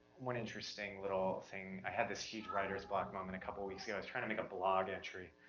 one interesting little thing, i had this huge writer's block moment a couple weeks ago. i was trying to make a blog entry,